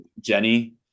Jenny